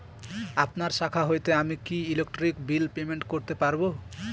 আপনার শাখা হইতে আমি কি ইলেকট্রিক বিল পেমেন্ট করতে পারব?